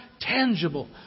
tangible